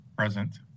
Present